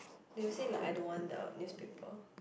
they will say like I don't want the newspaper